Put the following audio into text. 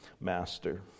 master